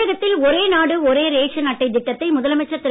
தமிழகத்தில் ஒரே நாடு ஒரே ரேஷன் அட்டை திட்டத்தை முதலமைச்சர் திரு